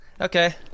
Okay